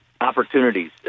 opportunities